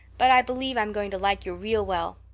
but i believe i'm going to like you real well.